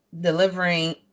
delivering